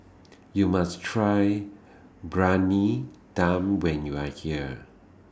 YOU must Try Briyani Dum when YOU Are here